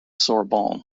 sorbonne